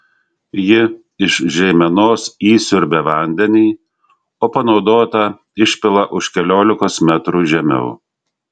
ji iš žeimenos įsiurbia vandenį o panaudotą išpila už keliolikos metrų žemiau